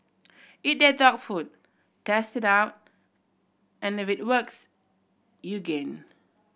eat their dog food test it out and if it works you gain